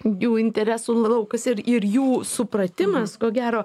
jų interesų laukas ir ir jų supratimas ko gero